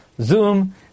Zoom